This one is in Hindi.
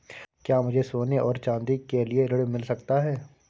क्या मुझे सोने और चाँदी के लिए ऋण मिल सकता है?